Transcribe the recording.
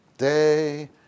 day